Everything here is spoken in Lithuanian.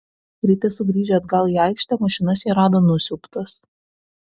ryte sugrįžę atgal į aikštę mašinas jie rado nusiaubtas